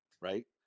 right